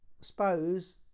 Suppose